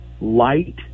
light